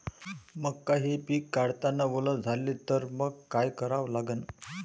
मका हे पिक काढतांना वल झाले तर मंग काय करावं लागन?